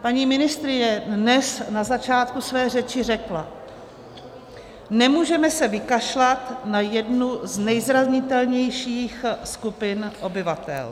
Paní ministryně dnes na začátku své řeči řekla: Nemůžeme se vykašlat na jednu z nejzranitelnějších skupin obyvatel.